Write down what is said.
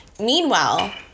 Meanwhile